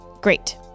Great